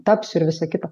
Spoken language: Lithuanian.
tapsiu ir visa kita